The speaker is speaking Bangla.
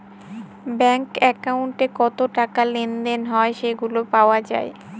ব্যাঙ্ক একাউন্টে কত টাকা লেনদেন হয় সেগুলা পাওয়া যায়